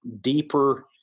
deeper